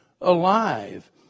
alive